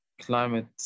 climate